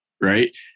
right